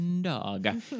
dog